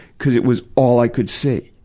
cuz it was all i could see.